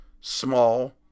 small